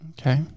okay